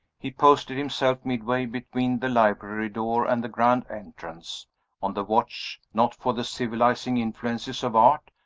he posted himself midway between the library door and the grand entrance on the watch, not for the civilizing influences of art,